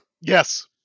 yes